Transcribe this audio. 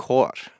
Court